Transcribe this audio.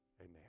amen